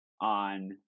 on